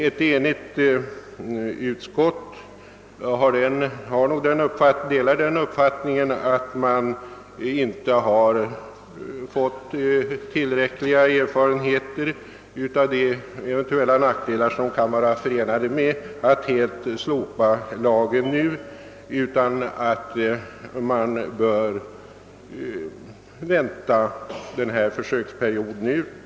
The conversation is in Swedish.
Ett enigt utskott anser att man inte har fått tillräckliga erfarenheter av de eventuella nackdelar som kan vara förenade med att nu helt slopa lagen utan att man bör vänta försöksperioden ut.